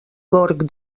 gorg